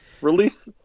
release